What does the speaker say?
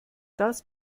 das